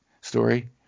story